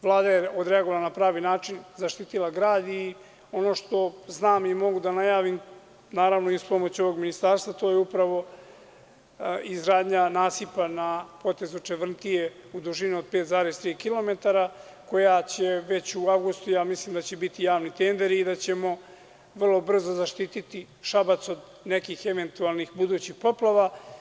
Vlada je odreagovala na pravi način, zaštitila grad i ono što znam i mogu da najavim, naravno i uz pomoć ovog ministarstva, to je upravo izgradnja nasipa na potezu Čevrntije u dužini od 5,3 kilometara, koja će već u avgustu, ja mislim da će biti javni tender i da ćemo vrlo brzo zaštiti Šabac od neki eventualnih budućih poplava.